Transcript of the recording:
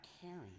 caring